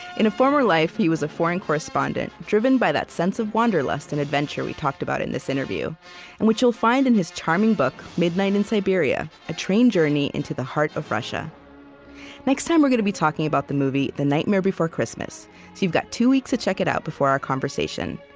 in a former life, he was a foreign correspondent driven by that sense of wanderlust and adventure we talked about in this interview and which you'll find in his charming book, midnight in siberia a train journey into the heart of russia next time, we're going to be talking about the movie the nightmare before christmas, so you've got two weeks to check it out before our conversation.